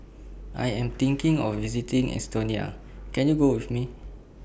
I Am thinking of visiting Estonia Can YOU Go with Me